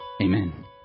Amen